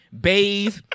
bathe